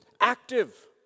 active